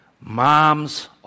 mom's